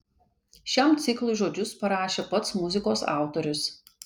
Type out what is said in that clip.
šiam ciklui žodžius parašė pats muzikos autorius